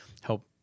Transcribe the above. help